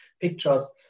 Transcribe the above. pictures